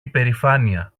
υπερηφάνεια